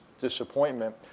disappointment